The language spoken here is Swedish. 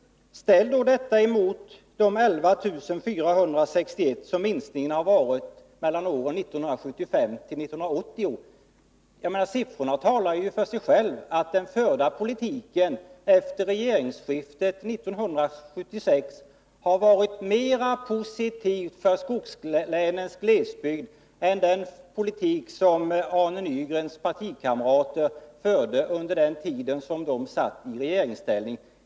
Ställ detta antal mot 11 461, som minskningen var mellan åren 1975 och 1980! Siffrorna talar ju för sig själva och visar att den förda politiken efter regeringsskiftet 1976 har varit mer positiv för skogslänens glesbygd än den politik som Arne Nygrens partikamrater förde under den tid som de var i regeringsställning.